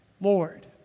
Lord